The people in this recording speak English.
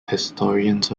historians